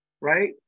right